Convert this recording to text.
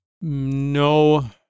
No